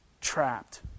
trapped